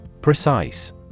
Precise